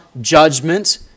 judgment